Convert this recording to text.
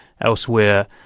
elsewhere